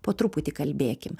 po truputį kalbėkim